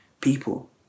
people